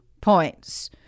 points